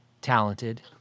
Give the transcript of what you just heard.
talented